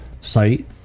site